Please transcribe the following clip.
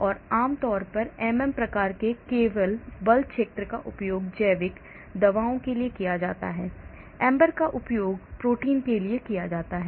इसलिए आम तौर पर एमएम प्रकार के बल क्षेत्रों का उपयोग जैविक दवाओं के लिए किया जाता है AMBER का उपयोग प्रोटीन के लिए किया जाता है